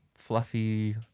fluffy